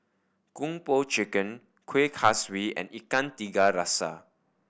Kung Po Chicken Kuih Kaswi and Ikan Tiga Rasa